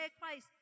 Christ